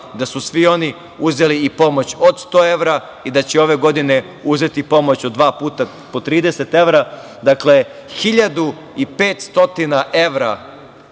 da su svi oni uzeli i pomoć od 100 evra i da će ove godine uzeti pomoć od dva puta po 30 evra. Dakle, 1.500 evra